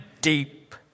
deep